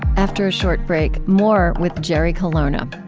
after a short break, more with jerry colonna.